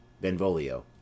Benvolio